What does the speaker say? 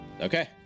Okay